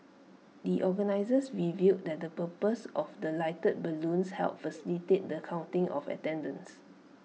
the organisers revealed that the purpose of the lighted balloons helped facilitate the counting of attendance